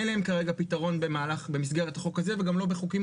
אין להם כרגע פתרון במסגרת החוק הזה וגם לא בחוקים